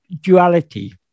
duality